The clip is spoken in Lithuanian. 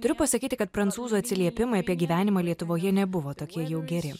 turiu pasakyti kad prancūzų atsiliepimai apie gyvenimą lietuvoje nebuvo tokie jau geri